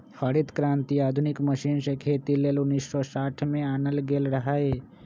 हरित क्रांति आधुनिक मशीन से खेती लेल उन्नीस सौ साठ में आनल गेल रहै